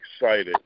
excited